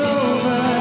over